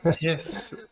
yes